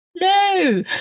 No